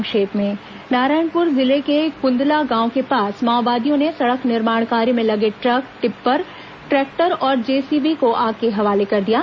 संक्षिप्त समाचार नारायणपुर जिले के कुंदला गांव के पास माओवादियों ने सड़क निर्माण कार्य में लगे ट्रक टिप्पर ट्रैक्टर और जेसीबी को आग के हवाले कर दिया है